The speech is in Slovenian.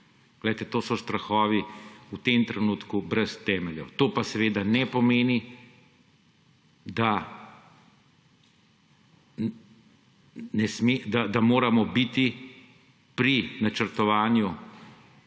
to so strahovi v tem trenutku brez temeljev. To pa seveda ne pomeni… Da moramo biti pri načrtovanju